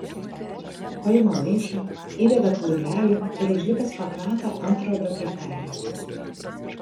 paima maišą įdeda kaulelį ir užlipęs pakrato anttrobio kertelėje